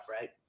right